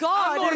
God